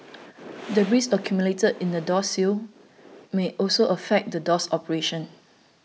debris accumulated in the door sill may also affect the door's operation